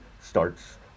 starts